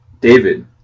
David